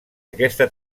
aquesta